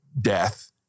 death